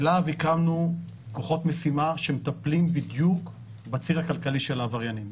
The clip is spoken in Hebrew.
בלה"ב הקמנו כוחות משימה שמטפלים בדיוק בציר הכלכלי של העבריינים.